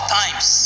times